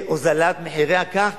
והוזלת הקרקע.